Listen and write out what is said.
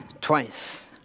twice